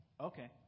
Okay